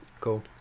Cool